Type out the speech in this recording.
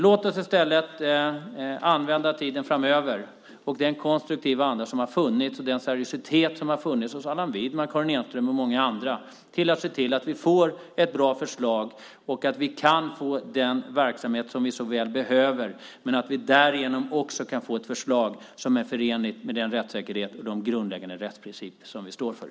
Låt oss i stället använda tiden framöver i den konstruktiva anda och den seriositet som har funnits hos Allan Widman, Karin Enström och många andra till att se till att vi får ett bra förslag och att vi kan få den verksamhet som vi så väl behöver, men att vi därigenom också kan få ett förslag som är förenligt med den rättssäkerhet och de grundläggande rättsprinciper som vi står för.